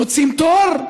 רוצים פטור?